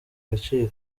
agaciro